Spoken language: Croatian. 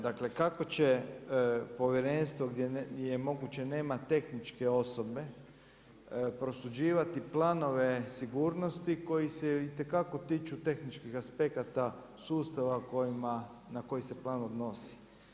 Dakle, kako će povjerenstvo je moguće nema tehničke osobe prosuđivati planove sigurnosti koji se itekako tiču tehničkih aspekata sustava kojima, na koji se plan odnosi.